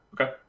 Okay